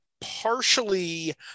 partially